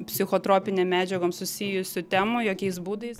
psichotropinėm medžiagom susijusių temų jokiais būdais